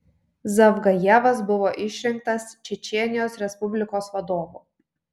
zavgajevas buvo išrinktas čečėnijos respublikos vadovu